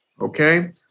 Okay